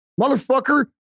Motherfucker